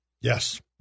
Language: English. Yes